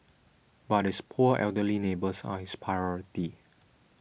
but his poor elderly neighbours are his priority